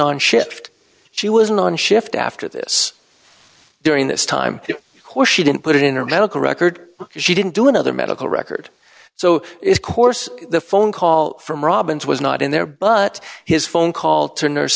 on shift she wasn't on shift after this during this time because she didn't put it in her medical record she didn't do another medical record so it's course the phone call from robbins was not in there but his phone call t